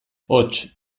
hots